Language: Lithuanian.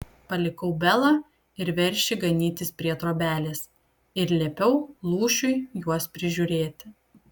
palikau belą ir veršį ganytis prie trobelės ir liepiau lūšiui juos prižiūrėti